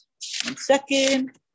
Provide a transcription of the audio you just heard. second